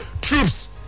troops